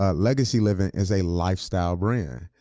ah legacy living is a lifestyle brand.